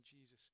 Jesus